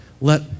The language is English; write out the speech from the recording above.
Let